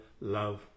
love